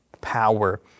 power